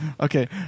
Okay